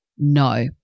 No